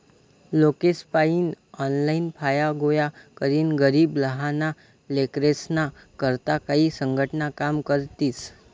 लोकेसपायीन ऑनलाईन फाया गोया करीन गरीब लहाना लेकरेस्ना करता काई संघटना काम करतीस